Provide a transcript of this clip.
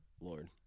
Lord